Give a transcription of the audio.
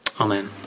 Amen